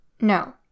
No